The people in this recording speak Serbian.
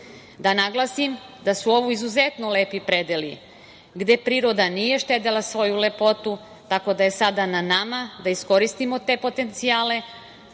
Da naglasim, da su ovo izuzetno lepi predeli, gde priroda nije štedela svoju lepotu, tako da je sada na nama da iskoristimo te potencijale,